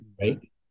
right